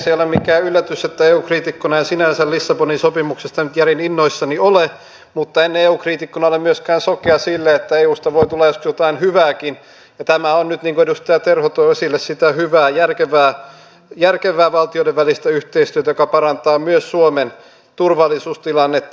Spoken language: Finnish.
se ei ole mikään yllätys että eu kriitikkona en sinänsä lissabonin sopimuksesta nyt järin innoissani ole mutta en eu kriitikkona ole myöskään sokea sille että eusta voi tulla joskus jotain hyvääkin ja tämä on nyt niin kuin edustaja terho toi esille sitä hyvää järkevää valtioiden välistä yhteistyötä joka parantaa myös suomen turvallisuustilannetta